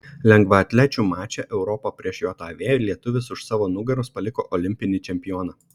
lengvaatlečių mače europa prieš jav lietuvis už savo nugaros paliko olimpinį čempioną